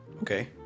Okay